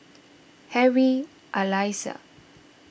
Harry Elias